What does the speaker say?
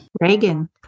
reagan